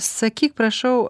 sakyk prašau